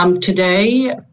Today